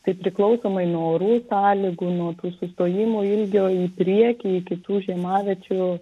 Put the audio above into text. tai priklausomai nuo orų sąlygų nuo sustojimo ilgio į priekį iki tų žiemaviečių